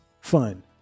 fun